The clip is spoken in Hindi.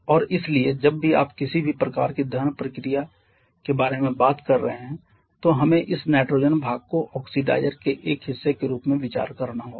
और इसलिए जब भी आप किसी भी प्रकार की दहन प्रतिक्रिया के बारे में बात कर रहे हैं तो हमें इस नाइट्रोजन भाग को ऑक्सीडाइज़र के एक हिस्से के रूप में विचार करना होगा